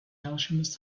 alchemist